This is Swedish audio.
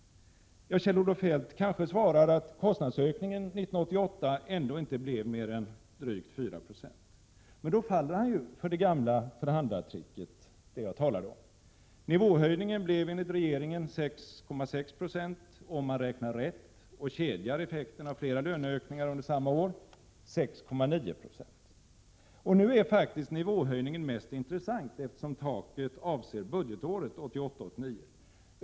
Kjell-Olof Feldt kanske svarar att kostnadsökningen 1988 ändå inte blev mer än drygt 4 26. Men då faller han ju för det gamla förhandlartricket, som jag talade om. Nivåhöjningen blev enligt regeringen 6,6 976, och om man räknar rätt och ”kedjar” effekten av flera löneökningar under samma år 6,9 Jo. Nu är faktiskt nivåhöjningen intressantast, eftersom taket avser budgetåret 1988/89.